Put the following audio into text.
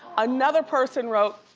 another person wrote,